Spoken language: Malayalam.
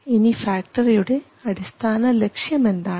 ഇനി ഫാക്ടറിയുടെ അടിസ്ഥാന ലക്ഷ്യമെന്താണ്